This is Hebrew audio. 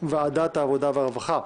ועדת העבודה, הרווחה והבריאות.